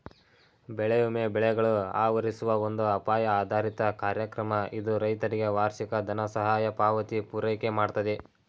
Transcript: ಬೆಳೆ ವಿಮೆ ಬೆಳೆಗಳು ಆವರಿಸುವ ಒಂದು ಅಪಾಯ ಆಧಾರಿತ ಕಾರ್ಯಕ್ರಮ ಇದು ರೈತರಿಗೆ ವಾರ್ಷಿಕ ದನಸಹಾಯ ಪಾವತಿ ಪೂರೈಕೆಮಾಡ್ತದೆ